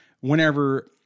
whenever